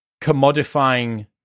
commodifying